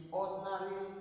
ordinary